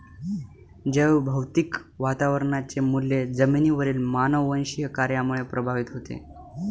जैवभौतिक वातावरणाचे मूल्य जमिनीवरील मानववंशीय कार्यामुळे प्रभावित होते